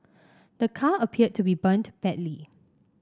the car appeared to be burnt badly